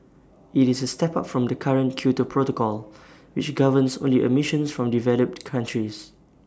IT is A step up from the current Kyoto protocol which governs only emissions from developed countries